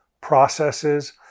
processes